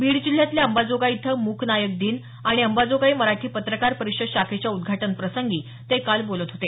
बीड जिल्ह्यातल्या अंबाजोगाई इथं मूक नायक दिन आणि अंबाजोगाई मराठी पत्रकार परिषद शाखेच्या उद्घाटनप्रसंगी ते काल बोलत होते